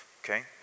okay